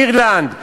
אירלנד,